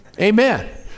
Amen